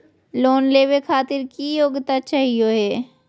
Loan लेवे खातीर की योग्यता चाहियो हे?